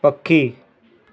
पखी